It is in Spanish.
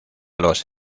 los